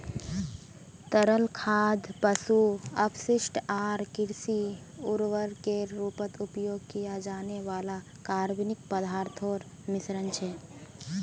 तरल खाद पशु अपशिष्ट आर कृषि उर्वरकेर रूपत उपयोग किया जाने वाला कार्बनिक पदार्थोंर मिश्रण छे